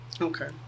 Okay